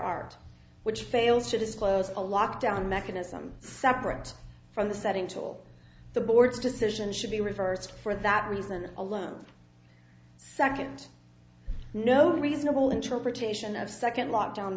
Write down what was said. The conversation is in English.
art which fails to disclose a lockdown mechanism separate from the setting to all the board's decision should be reversed for that reason alone second no reasonable interpretation of second lockdown